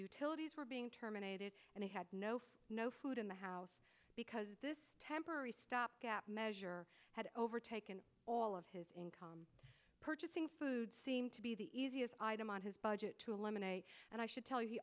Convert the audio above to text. utilities were being terminated and he had no food no food in the house because this temporary stop gap measure had overtaken all of his income purchasing food seemed to be the easiest item on his budget to eliminate and i should tell you